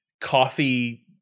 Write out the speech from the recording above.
coffee